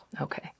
Okay